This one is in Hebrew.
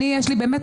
יש לי באמת,